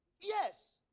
Yes